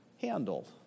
handled